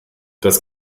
das